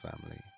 family